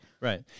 Right